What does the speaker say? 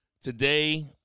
today